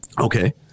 Okay